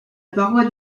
paroi